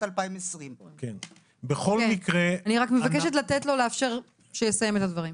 2020. אני רק מבקשת לאפשר לו לסיים את הדברים.